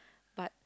but